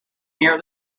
near